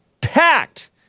packed